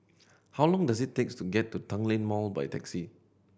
how long does it takes to get to Tanglin Mall by taxi